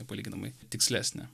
nepalyginamai tikslesnė